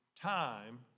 Time